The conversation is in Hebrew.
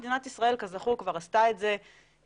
מדינת ישראל כזכור כבר עשתה את זה פעמיים,